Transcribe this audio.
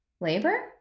labor